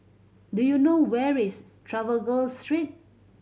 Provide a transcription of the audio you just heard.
do you know where is Trafalgar Street